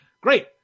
great